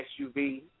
SUV